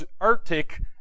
Arctic